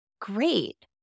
Great